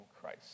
Christ